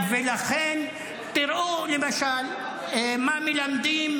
לכן, תראו, למשל, מה מלמדים